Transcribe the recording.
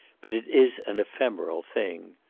but it is an ephemeral thing.